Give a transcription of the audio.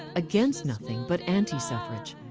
against nothing but anti-suffrage.